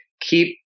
keep